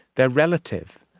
they are relative.